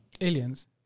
Aliens